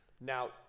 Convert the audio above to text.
Now